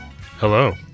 Hello